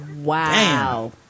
Wow